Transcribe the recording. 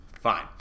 Fine